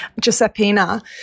Giuseppina